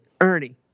Ernie